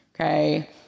okay